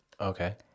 Okay